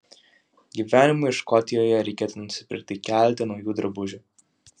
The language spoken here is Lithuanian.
gyvenimui škotijoje reikėtų nusipirkti keletą naujų drabužių